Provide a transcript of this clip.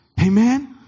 amen